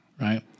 right